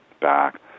back